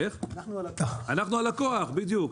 בדיוק.